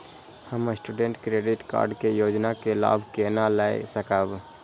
हम student credit card के योजना के लाभ केना लय सकब?